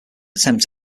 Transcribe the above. attempt